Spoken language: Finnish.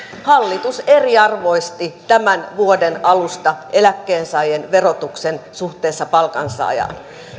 hallitus eriarvoisti tämän vuoden alusta eläkkeensaajien verotuksen suhteessa palkansaajiin